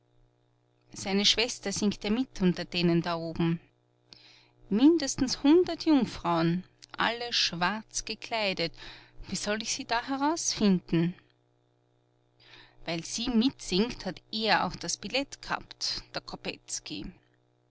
seine schwester singt ja mit unter denen da oben mindestens hundert jungfrauen alle schwarz gekleidet wie soll ich sie da herausfinden weil sie mitsingt hat er auch das billett gehabt der